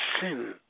sin